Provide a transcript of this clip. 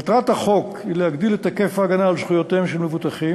מטרת החוק היא להגדיל את היקף ההגנה על זכויותיהם של מבוטחים